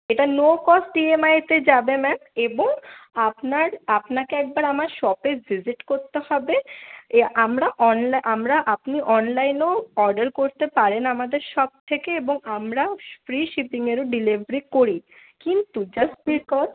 এটা no cost E M আইতে যাবে ম্যাম এবং আপনার আপনাকে একবার আমার শপে ভিজিট করতে হবে আমরা অনলাইন আমরা আপনি অনলাইনেও অর্ডার করতে পারেন আমাদের শপ থেকে এবং আমরা ফ্রি শিপিংয়েরও ডেলিভারি করি কিন্তু জাস্ট প্রি কস্ট